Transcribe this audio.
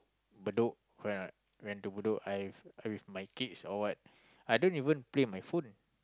Bedok correct or not went to Bedok I with I with my kids or what I don't even play my phone